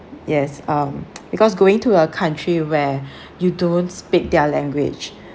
yes um because going to a country where you don't speak their language